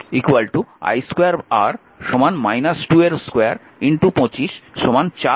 যেমন p25Ω i2 R 2 25 4 25 100 watt